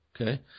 Okay